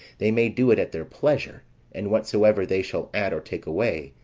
they may do it at their pleasure and whatsoever they shall add, or take away,